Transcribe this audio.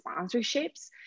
sponsorships